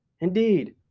Indeed